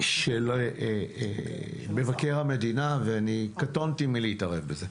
של מבקר המדינה ואני קטונתי מלהתערב בזה,